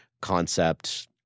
concept